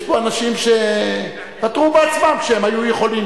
יש פה אנשים שפתרו בעצמם כשהם היו יכולים,